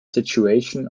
situation